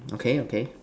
okay okay